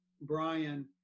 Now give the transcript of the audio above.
Brian